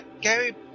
Gary